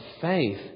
faith